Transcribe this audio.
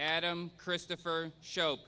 adam christopher show